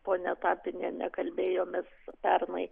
ponia tapiniene kalbėjomės pernai